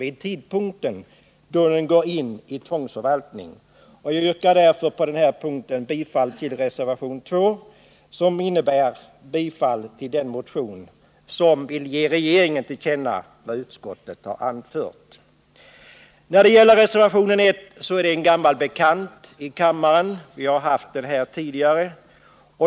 Jag yrkar därför på denna punkt bifall till reservationen 2, som innebär ”att riksdagen med bifall till motionen 1978/79:2087 som sin mening ger regeringen till känna vad utskottet anfört”. Reservationen I är en gammal bekant i kammaren — vi har haft frågan uppe tidigare.